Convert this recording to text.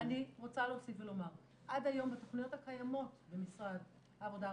אני רוצה להוסיף ולומר עד היום בתכנית הקיימות במשרד העבודה,